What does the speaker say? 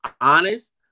honest